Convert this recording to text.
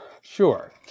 Sure